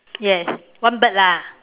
yes one bird lah